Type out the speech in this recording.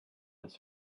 his